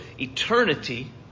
eternity